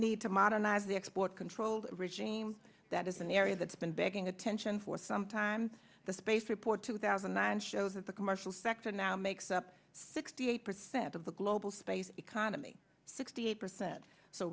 need to modernize the export control regime that is an area that's been begging attention for some time the space report two thousand and shows that the commercial sector now makes up sixty eight percent of the global space economy sixty eight percent so